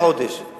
בוחן כל דרך,